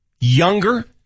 Younger